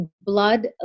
blood